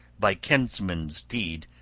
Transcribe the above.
by kinsman's deed,